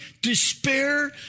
despair